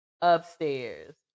upstairs